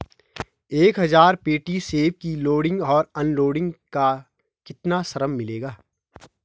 एक हज़ार पेटी सेब की लोडिंग और अनलोडिंग का कितना श्रम मिलेगा?